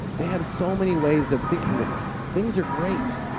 they have so many ways of thinking that things are great.